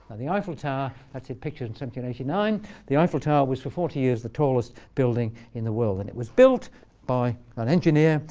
and the eiffel tower that's it pictured and eighty nine the eiffel tower was for forty years, the tallest building in the world. and it was built by an engineer,